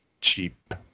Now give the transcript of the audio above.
cheap